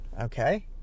okay